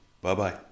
Bye-bye